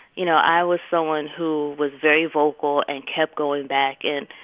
you know, i was someone who was very vocal and kept going back in.